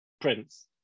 Prince